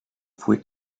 fue